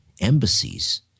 embassies